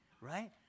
right